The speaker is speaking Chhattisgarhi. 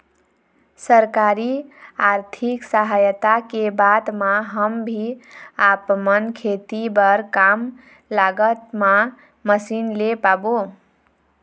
सरकारी आरथिक सहायता के बाद मा हम भी आपमन खेती बार कम लागत मा मशीन ले पाबो?